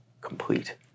complete